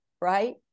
Right